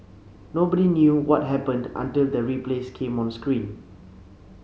nobody knew what happened until the replays came on screen